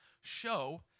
show